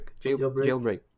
Jailbreak